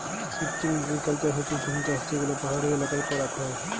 shifting agriculture হচ্যে জুম চাষযেগুলা পাহাড়ি এলাকায় করাক হয়